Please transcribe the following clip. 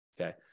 okay